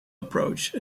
approach